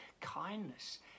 kindness